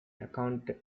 account